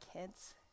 kids